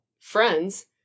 friends